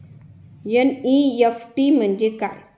NEFT म्हणजे काय?